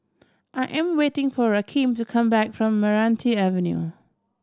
I am waiting for Rakeem to come back from Meranti Avenue